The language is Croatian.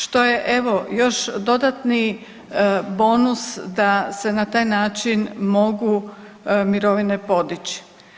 Što je evo još dodatni bonus da se na taj način mogu mirovine podići.